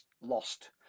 lost